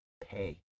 pay